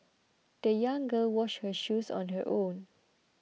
the young girl washed her shoes on her own